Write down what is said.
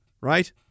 right